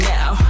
Now